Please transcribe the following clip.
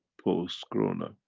post-corona